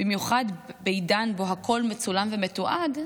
במיוחד בעידן שבו הכול מצולם ומתועד,